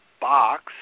box